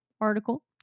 article